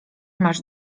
masz